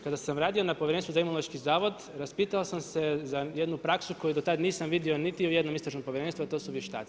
Kada sam radio na povjerenstvu za Imunološki zavod raspitao sam se za jednu praksu koju do tada nisam vidio niti u jednom istražnom povjerenstvu a to su vještaci.